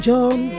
John